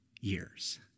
years